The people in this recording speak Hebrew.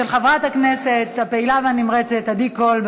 של חברת הכנסת הפעילה והנמרצת עדי קול.